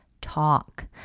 talk